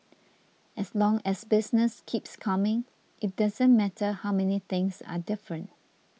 as long as business keeps coming it doesn't matter how many things are different